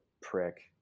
prick